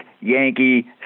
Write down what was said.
Yankee